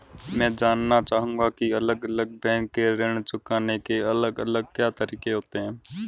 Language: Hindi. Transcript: मैं जानना चाहूंगा की अलग अलग बैंक के ऋण चुकाने के अलग अलग क्या तरीके होते हैं?